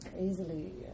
easily